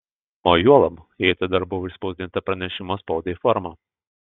o juolab jei tai dar buvo išspausdinta pranešimo spaudai forma